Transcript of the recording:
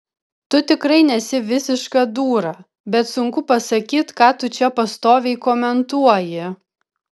tu tikrai nesi visiška dūra bet sunku pasakyt ką tu čia pastoviai komentuoji